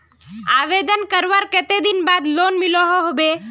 आवेदन करवार कते दिन बाद लोन मिलोहो होबे?